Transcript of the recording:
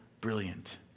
brilliant